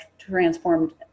transformed